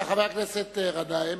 בבקשה, חבר הכנסת גנאים,